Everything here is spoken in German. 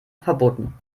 verboten